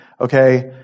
Okay